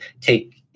take